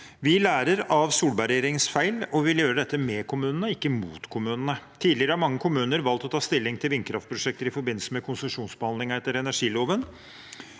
Vi lærer av Solberg-regjeringens feil og vil gjøre dette med kommunene, og ikke mot kommunene. Tidligere har mange kommuner valgt å ta stilling til vindkraftprosjekter i forbindelse med konsesjonsbehandling etter energiloven,